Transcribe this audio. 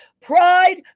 Pride